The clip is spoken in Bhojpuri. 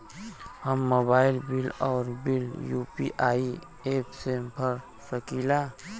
हम मोबाइल बिल और बिल यू.पी.आई एप से भर सकिला